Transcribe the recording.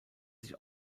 sich